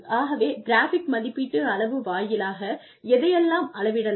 ஆகவே கிராஃபிக் மதிப்பீட்டு அளவு வாயிலாக எதையெல்லாம் அளவிடலாம்